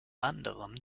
anderem